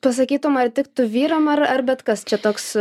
pasakytum ar tiktų vyram ar ar bet kas čia toks